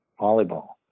volleyball